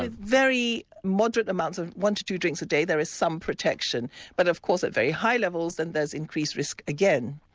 ah very moderate amounts, one to two drinks a day there is some protection but of course at very high levels and there's increased risk again.